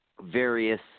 various